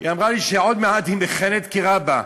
היא אמרה לי שעוד מעט היא מכהנת כרבה.